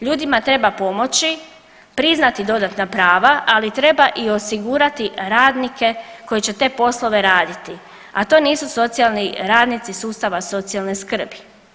Ljudima treba pomoći, priznati dodatna prava ali treba i osigurati radnike koji će te poslove raditi a to nisu socijalni radnici sustava socijalne skrbi.